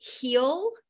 heal